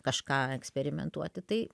kažką eksperimentuoti tai